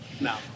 No